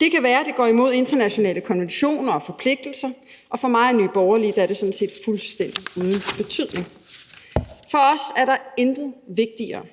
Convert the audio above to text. Det kan være, at det går imod internationale konventioner og forpligtelser, og for mig og for Nye Borgerlige er det sådan set fuldstændig uden betydning. For os er der intet vigtigere